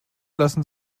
lassen